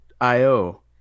IO